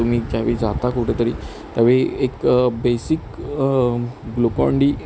तुम्ही ज्यावेळी जाता कुठे तरी त्यावेळी एक बेसिक ग्लुकॉनडी